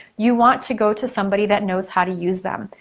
you want to go to somebody that knows how to use them.